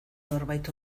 norbait